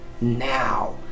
now